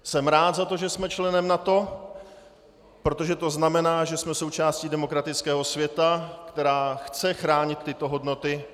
Jsem rád za to, že jsme členem NATO, protože to znamená, že jsme součástí demokratického světa, která chce chránit tyto hodnoty.